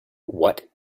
what